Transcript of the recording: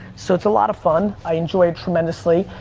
so it's a lot of fun, i enjoy it tremendously.